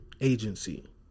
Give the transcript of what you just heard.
agency